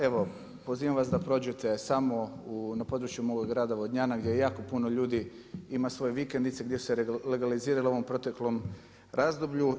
Evo pozivam vas da prođete samo na području moga grada Vodnjana gdje jako puno ljudi ima svoje vikendice, gdje se legaliziralo u ovom proteklom razdoblju.